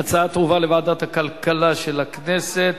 ההצעה תועבר לוועדת הכלכלה של הכנסת,